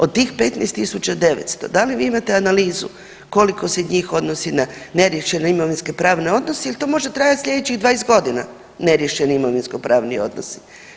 Od tih 15.900 da li vi imate analizu koliko se njih odnosi na neriješene imovinske pravne godine ili to može trajati slijedećih 20 godina neriješeni imovinsko pravni odnosi?